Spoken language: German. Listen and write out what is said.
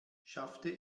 schaffte